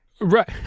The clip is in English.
Right